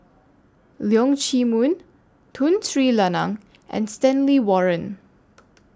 Leong Chee Mun Tun Sri Lanang and Stanley Warren